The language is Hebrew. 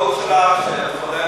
הטעות שלך, שאת חושבת